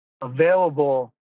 available